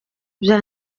bya